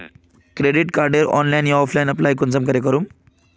Credit कार्डेर online या offline apply कुंसम करे करूम?